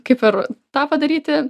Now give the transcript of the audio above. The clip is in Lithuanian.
kaip ir tą padaryti